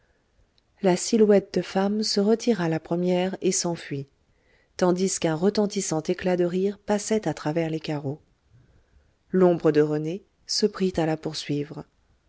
la silhouette de femme se retira la première et s'enfuit tandis qu'un retentissant éclat de rire passait à travers les carreaux l'ombre de rené se prit à la poursuivre